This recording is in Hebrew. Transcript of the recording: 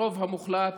ברוב המוחלט,